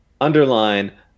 underline